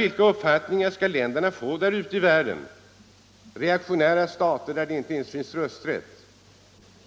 Vilken uppfattning skall länderna få ute i världen, t.ex. te — giftsoch uppbördsaktionära stater där det inte ens finns rösträtt,